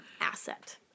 asset